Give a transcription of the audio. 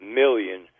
million